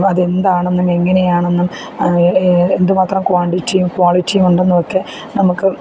അതെന്താണെന്നും എങ്ങനെയാണെന്നും എന്തുമാത്രം ക്വാണ്ടിറ്റിയും ക്വാളിറ്റിയും ഉണ്ടെന്നൊക്കെ നമുക്ക്